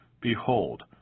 Behold